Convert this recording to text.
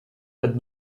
but